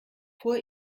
vor